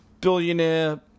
billionaire